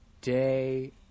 Day